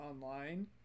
online